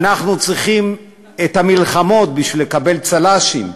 אנחנו צריכים את המלחמות בשביל לקבל צל"שים.